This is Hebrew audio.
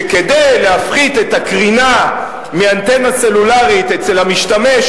כדי להפחית את הקרינה מאנטנה סלולרית אצל המשתמש,